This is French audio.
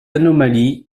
anomalie